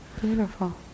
Beautiful